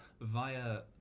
via